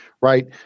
right